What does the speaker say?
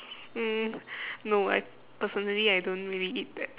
mm no I personally I don't really eat that